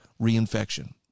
reinfection